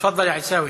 תפאדל, יא עיסאווי.